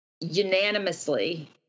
unanimously